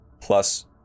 plus